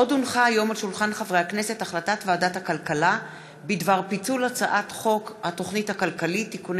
הצעת ועדת הכלכלה בדבר פיצול הצעת חוק התוכנית הכלכלית (תיקוני